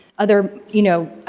other, you know,